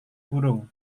burung